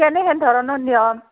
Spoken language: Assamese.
কেনেহেন ধৰণৰ নিয়ম